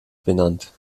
benannt